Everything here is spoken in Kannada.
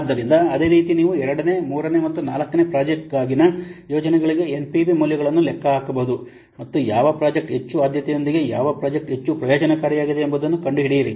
ಆದ್ದರಿಂದ ಅದೇ ರೀತಿ ನೀವು 2 ನೇ 3 ನೇ ಮತ್ತು 4 ನೇ ಪ್ರಾಜೆಕ್ಟ್ಗಾಗಿನ ಯೋಜನೆಗಳಿಗೆ ಎನ್ಪಿವಿ ಮೌಲ್ಯಗಳನ್ನು ಲೆಕ್ಕ ಹಾಕಬಹುದು ಮತ್ತು ಯಾವ ಪ್ರಾಜೆಕ್ಟ್ ಹೆಚ್ಚು ಆದ್ಯತೆಯೊಂದಿಗೆ ಯಾವ ಪ್ರಾಜೆಕ್ಟ್ ಹೆಚ್ಚು ಪ್ರಯೋಜನಕಾರಿಯಾಗಿದೆ ಎಂಬುದನ್ನು ಕಂಡುಹಿಡಿಯಿರಿ